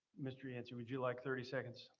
mr yancey would you like thirty seconds.